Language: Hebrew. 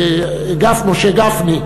משה גפני,